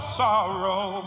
sorrow